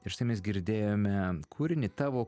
ir štai mes girdėjome kūrinį tavo